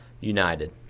United